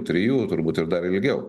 trijų turbūt ir dar ilgiau